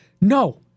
No